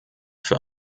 für